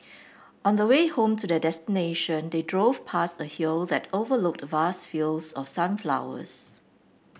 on the way home to their destination they drove past a hill that overlooked vast fields of sunflowers